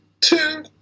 two